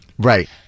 Right